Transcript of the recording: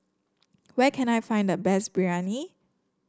where can I find the best Biryani